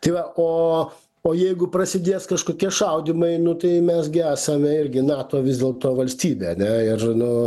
tai va o o jeigu prasidės kažkokie šaudymai nu tai mes gi esame irgi nato vis dėlto valstybė ane ir nu